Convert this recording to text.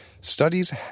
Studies